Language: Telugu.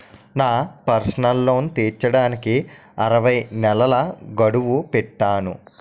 నా పర్సనల్ లోన్ తీర్చడానికి అరవై నెలల గడువు పెట్టాను